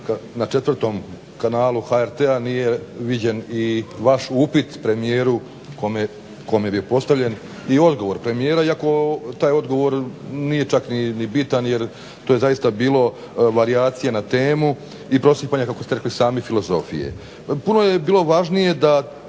na 4. kanalu HRT-a nije viđen i vaš upit premijeru kome je bio postavljen i odgovor premijera iako taj odgovor nije čak ni bitan jer to je zaista bilo varijacija na temu i prosipanje kako ste rekli sami filozofije. Puno je bilo važnije da